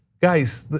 guys,